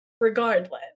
regardless